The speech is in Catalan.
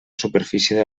superfície